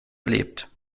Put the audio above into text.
erlebt